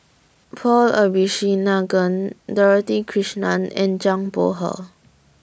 Paul Dorothy Krishnan and Zhang Bohe